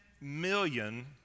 million